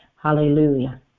Hallelujah